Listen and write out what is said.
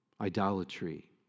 idolatry